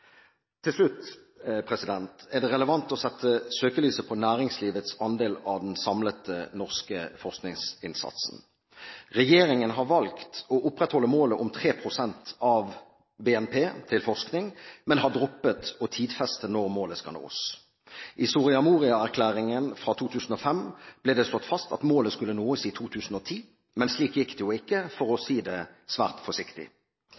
Til slutt er det relevant å sette søkelyset på næringslivets andel av den samlede norske forskningsinnsatsen. Regjeringen har valgt å opprettholde målet om 3 pst. av BNP til forskning, men har droppet å tidfeste når målet skal nås. I Soria Moria-erklæringen fra 2005 ble det slått fast at målet skulle nås i 2010. Slik gikk det jo ikke, for å si det svært forsiktig.